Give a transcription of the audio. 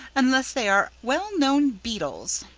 unless they are well-known beetles!